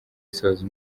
isoza